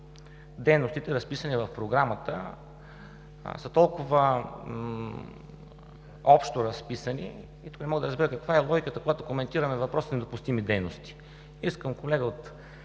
дейностите, разписани в Програмата, са толкова общоразписани – и тук не мога да разбера каква е логиката, когато коментираме въпрос с недопустими дейности. Искам, колега, от